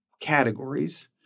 categories